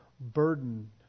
burden